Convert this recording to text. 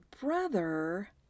brother